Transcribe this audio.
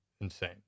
insane